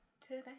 today